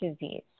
disease